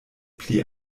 pli